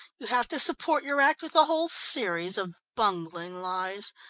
you have to support your act with a whole series of bungling lies.